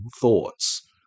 thoughts